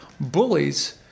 bullies